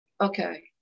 Okay